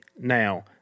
Now